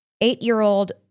Eight-year-old